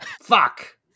fuck